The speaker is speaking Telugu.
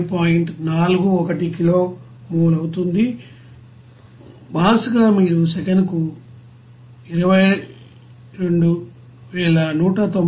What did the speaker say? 41 కిలో మోల్ అవుతుంది మాస్ గా మీరు సెకనుకు 22193